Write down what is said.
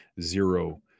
zero